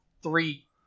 three